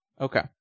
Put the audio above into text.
okay